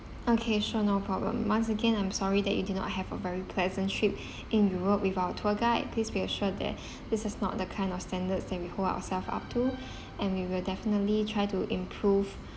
okay sure no problem once again I'm sorry that you did not have a very pleasant trip in europe with our tour guide please be assured that this is not the kind of standards that we hold ourselves up to and we will definitely try to improve